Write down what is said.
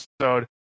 episode